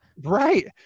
Right